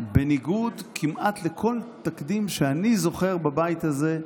בניגוד לכל תקדים כמעט שאני זוכר בבית הזה.